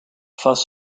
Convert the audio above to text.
fuss